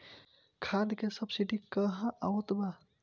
खाद के सबसिडी क हा आवत बा?